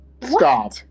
Stop